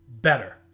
better